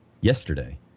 yesterday